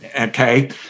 Okay